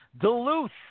Duluth